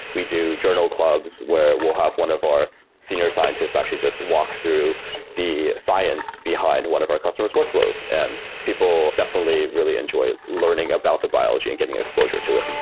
we do journal clubs where we'll have one of our senior scientists actually just walk through the science behind one of our customers workflows, and people definitely really enjoy learning about the biology and getting exposure to it